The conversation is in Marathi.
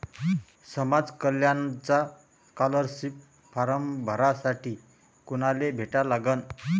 समाज कल्याणचा स्कॉलरशिप फारम भरासाठी कुनाले भेटा लागन?